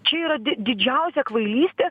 čia yra di didžiausia kvailystė